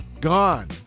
gone